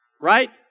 Right